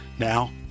Now